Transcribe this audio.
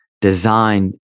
designed